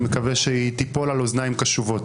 אני מקווה שהיא תיפול על אוזניים קשובות.